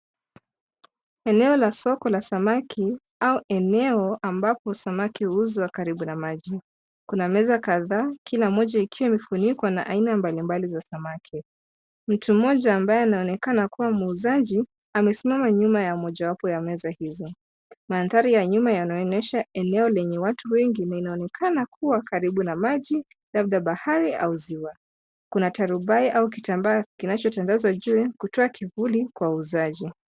Eneo la soko la samaki au eneo ambapo samaki huuzwa karibu na maji. Kuna meza kadhaa kila moja ikiwa imefunikwa na aina mbali mbali za samaki. Mtu mmoja ambaye anaonekana kuwa muuzaji amesimama nyuma ya mojawapo ya meza hizo. Mandhari ya nyuma yanaonyesha eneo lenye watu wengi na inaonekana kuwa karibu na maji labda bahari au ziwa. Kuna tarubai au kitabaa kinachotandazwa juu kutoa kivuli kwa wauzaji.